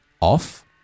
off